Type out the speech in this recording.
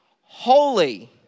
Holy